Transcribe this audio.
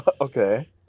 Okay